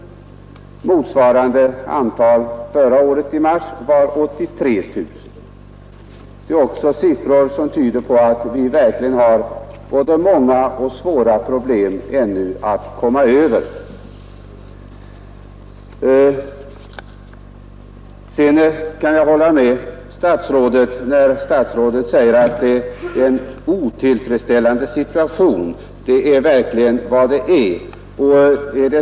Motsvarande antal förra året i mars var 83 000. Det är också siffror som tyder på att vi ännu har många och svåra problem att övervinna. Sedan kan jag hålla med statsrådet om att den rådande situationen är otillfredsställande.